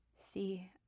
See